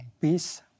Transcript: peace